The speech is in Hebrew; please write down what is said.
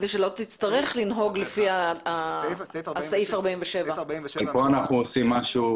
כדי שלא תצטרך לנהוג לפי סעיף 47. כי כאן אנחנו עושים משהו